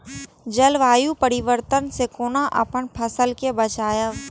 जलवायु परिवर्तन से कोना अपन फसल कै बचायब?